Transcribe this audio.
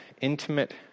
intimate